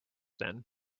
then